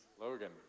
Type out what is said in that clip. Logan